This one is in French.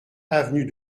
avenue